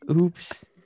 Oops